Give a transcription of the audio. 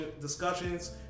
discussions